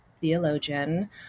theologian